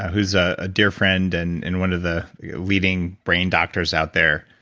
who's a ah dear friend and and one of the leading brain doctors out there,